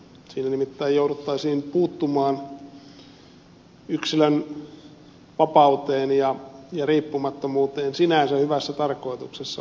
siinä nimittäin jouduttaisiin puuttumaan yksilön vapauteen ja riippumattomuuteen sinänsä hyvässä tarkoituksessa